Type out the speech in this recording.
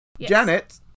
Janet